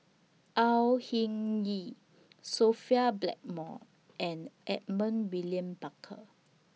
Au Hing Yee Sophia Blackmore and Edmund William Barker